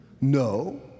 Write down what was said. No